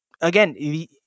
again